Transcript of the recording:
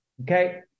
Okay